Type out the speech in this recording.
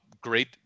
great